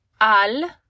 al